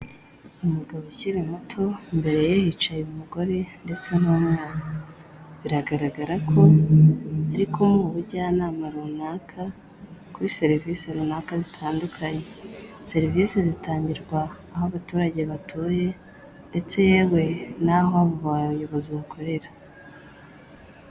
Umugabo ukiri muto, imbere ye hicaye umugore, ndetse n'umwana. Biragaragara ko ari kumuha ubujyanama runaka, kuri serivisi runaka zitandukanye. Serivisi zitangirwa aho abaturage batuye, ndetse yewe n'aho abo bayobozi bakorera.